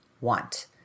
want